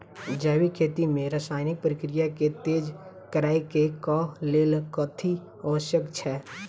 जैविक खेती मे रासायनिक प्रक्रिया केँ तेज करै केँ कऽ लेल कथी आवश्यक छै?